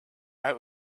out